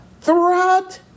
throughout